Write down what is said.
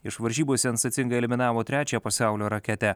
iš varžybų sensacingai eliminavo trečiąją pasaulio raketę